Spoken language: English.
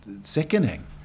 sickening